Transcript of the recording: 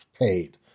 paid